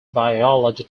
biology